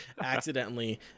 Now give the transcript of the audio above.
accidentally